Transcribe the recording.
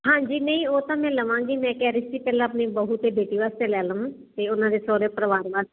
ਹਾਂਜੀ ਨਹੀਂ ਉਹ ਤਾਂ ਮੈਂ ਲਵਾਂਗੀ ਮੈਂ ਕਹਿ ਰਹੀ ਸੀ ਪਹਿਲਾਂ ਆਪਣੀ ਬਹੂ ਤੇ ਬੇਟੇ ਵਾਸਤੇ ਲੈ ਲਵਾਂ ਤੇ ਉਹਨਾਂ ਦੇ ਸਹੁਰੇ ਪਰਿਵਾਰ ਵਾਸਤੇ